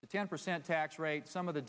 the ten percent tax rate some of the